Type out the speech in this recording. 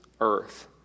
earth